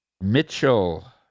Mitchell